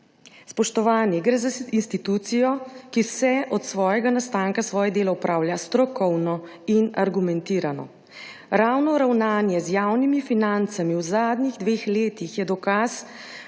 Spoštovani, gre za institucijo, ki se od svojega nastanka svoje delo opravlja strokovno in argumentirano. Ravno ravnanje z javnimi financami v zadnjih dveh letih je dokaz,